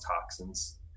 toxins